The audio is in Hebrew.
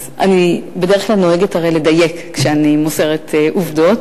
אני בדרך כלל נוהגת הרי לדייק כשאני מוסרת עובדות.